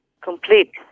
complete